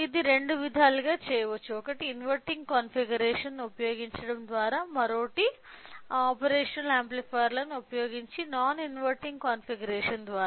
ఇది రెండు విధాలుగా చేయవచ్చు ఒకటి ఇన్వర్టింగ్ కాన్ఫిగరేషన్ను ఉపయోగించడం ద్వారా మరియు మరొకటి ఆపరేషనల్ యాంప్లిఫైయర్లను ఉపయోగించి నాన్ ఇన్వర్టింగ్ కాన్ఫిగరేషన్ ద్వారా